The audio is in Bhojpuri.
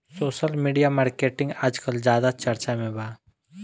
सोसल मिडिया मार्केटिंग आजकल ज्यादा चर्चा में बा